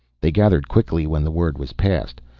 they gathered quickly when the word was passed.